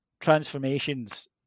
transformations